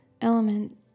element